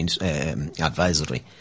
advisory